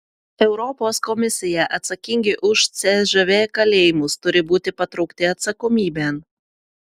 europos komisija atsakingi už cžv kalėjimus turi būti patraukti atsakomybėn